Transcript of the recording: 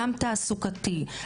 גם תעסוקתי,